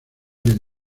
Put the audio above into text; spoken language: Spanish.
del